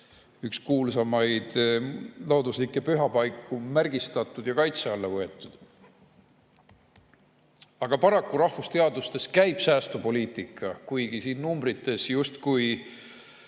üks kuulsamaid looduslikke pühapaiku märgistatud ja kaitse alla võetud. Paraku käib rahvusteadustes säästupoliitika, kuigi siin numbrite põhjal